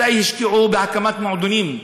מתי השקיעו בהקמת מועדונים?